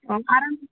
आराम